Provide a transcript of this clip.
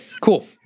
cool